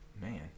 man